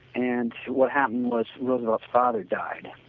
and what happened was roosevelt's father died and